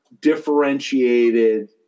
differentiated